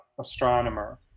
astronomer